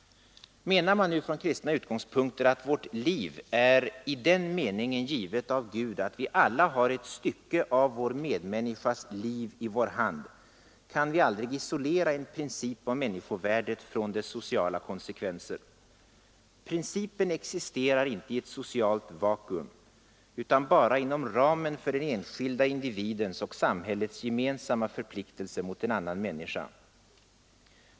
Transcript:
Menar man från kristna utgångspunkter att vårt liv är så givet av Gud, att vi alla har ett stycke av vår medmänniskas liv i vår hand, kan vi aldrig isolera en princip om människovärdet från dess sociala konsekvenser. Principen existerar aldrig i ett socialt vakuum utan endast inom ramen för den enskilda individens och samhällets gemensamma förpliktelser mot en annan människa.